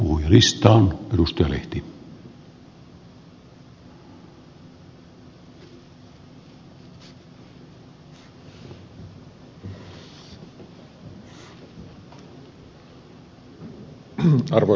arvoisa herra puhemies